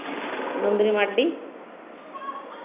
ᱱᱚᱱᱫᱤᱱᱤ ᱢᱟᱱᱰᱤ